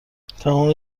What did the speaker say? تمام